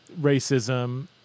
racism